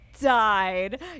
died